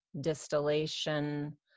distillation